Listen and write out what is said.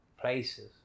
places